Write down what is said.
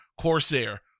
Corsair